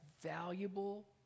valuable